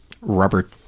rubber